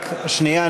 רק שנייה,